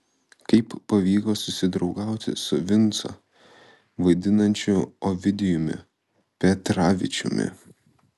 kaip pavyko susidraugauti su vincą vaidinančiu ovidijumi petravičiumi